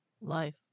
life